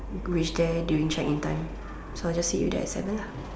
reach there during check in time so I'll just see you there at seven lah